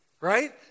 right